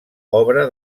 obra